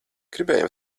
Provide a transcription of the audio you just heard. gribējām